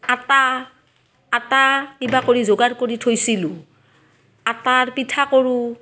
আটা আটা কিবা কৰি যোগাৰ কৰি থৈছিলোঁ আটাৰ পিঠা কৰোঁ